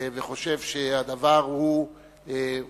אני חושב שהדבר הוא רק